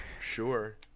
Sure